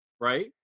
right